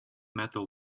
metal